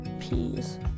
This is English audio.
peas